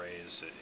raise